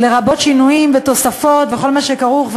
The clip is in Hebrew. לרבות שינויים ותוספות וכל מה שכרוך,